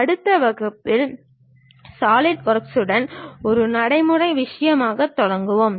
அடுத்த வகுப்பில் சாலிட்வொர்க்குடன் ஒரு நடைமுறை விஷயமாகத் தொடங்குவோம்